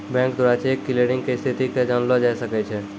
bank द्वारा cheque clearing के स्थिति के जानलो जाय सकै छै